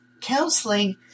counseling